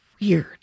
weird